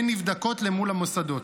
הן נבדקות מול המוסדות.